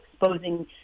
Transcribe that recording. exposing